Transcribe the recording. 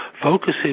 Focusing